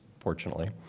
fortunately,